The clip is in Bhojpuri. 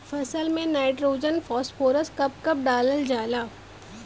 फसल में नाइट्रोजन फास्फोरस कब कब डालल जाला?